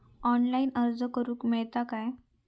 Online अर्ज करूक मेलता काय?